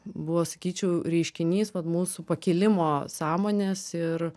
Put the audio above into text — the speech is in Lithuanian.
buvo sakyčiau reiškinys vat mūsų pakilimo sąmonės ir